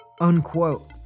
unquote